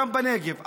גם בנגב.